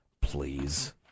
please